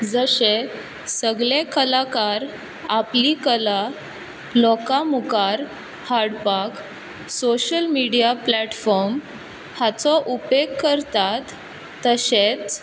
जशें सगले कलाकार आपली कला लोकां मुखार हाडपाक सोशल मिडीया प्लेटफोर्म हाचो उपेग करतात तशेंच